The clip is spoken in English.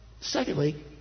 secondly